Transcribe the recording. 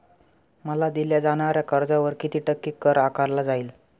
मला दिल्या जाणाऱ्या कर्जावर किती टक्के कर आकारला जाईल?